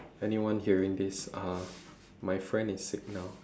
anyone hearing this uh my friend is sick now